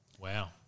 Wow